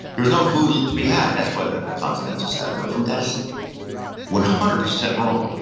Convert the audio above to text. there was no food to be had, that's why the continentals had no food. that is one hundred percent wrong.